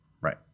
Right